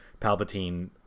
Palpatine